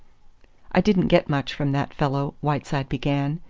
i didn't get much from that fellow, whiteside began,